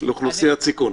לאוכלוסיית סיכון.